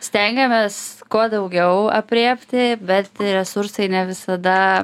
stengiamės kuo daugiau aprėpti bet resursai ne visada